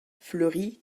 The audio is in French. fleury